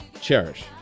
Cherish